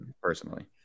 personally